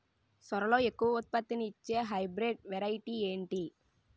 సోరలో ఎక్కువ ఉత్పత్తిని ఇచే హైబ్రిడ్ వెరైటీ ఏంటి?